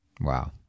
Wow